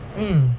mm